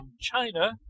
China